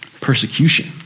persecution